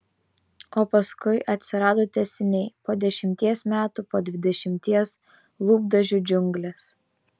o paskui atsirado tęsiniai po dešimties metų po dvidešimties lūpdažių džiunglės